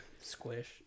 squish